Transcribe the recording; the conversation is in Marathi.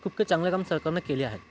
खूप काही चांगलं कामं सरकारनं केली आहेत